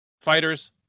fighters